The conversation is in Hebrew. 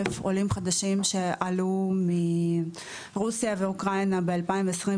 עולים חדשים שעלו מרוסיה ואוקראינה ב-2022.